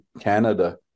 Canada